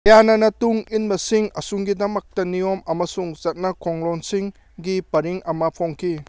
ꯗ꯭ꯌꯥꯅꯟꯅ ꯇꯨꯡ ꯏꯟꯕꯁꯤꯡ ꯑꯁꯤꯒꯤꯗꯃꯛꯇ ꯅꯤꯌꯣꯝ ꯑꯃꯁꯨꯡ ꯆꯠꯅ ꯀꯥꯡꯂꯣꯟꯁꯤꯡꯒꯤ ꯄꯔꯤꯡ ꯑꯃ ꯐꯣꯡꯈꯤ